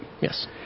Yes